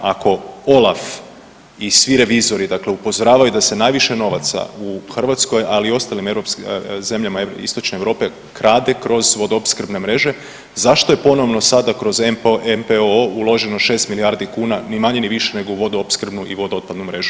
Ako Olaf i svi revizori, dakle upozoravaju da se najviše novaca u Hrvatskoj ali i u ostalim zemljama istočne Europe krade kroz vodoopskrbne mreže zašto je ponovno sada kroz MPO uloženo 6 milijardi kuna ni manje ni više nego u vodoopskrbnu i vodo otpadnu mrežu.